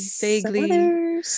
vaguely